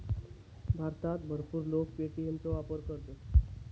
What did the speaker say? भारतात भरपूर लोक पे.टी.एम चो वापर करतत